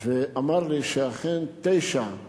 ואמר לי שאכן בתשעה